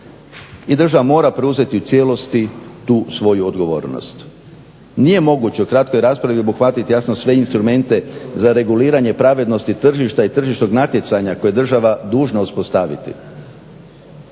I država mora preuzeti u cijelosti tu svoju odgovornost. Nije moguće u kratkoj raspravi obuhvatiti jasno sve instrumente za reguliranje pravednosti tržišta i tržišnog natjecanja koje je država dužna uspostaviti.